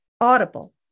Audible